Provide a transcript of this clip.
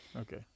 Okay